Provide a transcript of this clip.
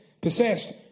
possessed